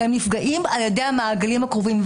והם נפגעים על ידי המעגלים הקרובים.